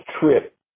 trip